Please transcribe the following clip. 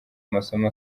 amasomo